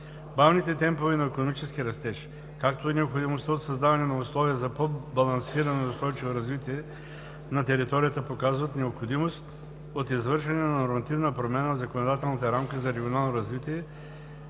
Бавните темпове на икономически растеж, както и необходимостта от създаване на условия за по-балансирано и устойчиво развитие на територията, показват необходимост от извършване на нормативна промяна в законодателната рамка за регионално развитие